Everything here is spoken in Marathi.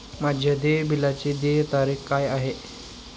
माझ्या देय बिलाची देय तारीख काय आहे?